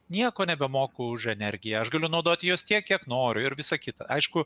nieko nebemoku už energiją aš galiu naudoti juos tiek kiek noriu ir visa kita aišku